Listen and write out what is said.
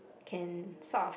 can solve